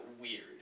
weird